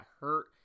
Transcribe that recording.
hurt